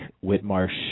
Whitmarsh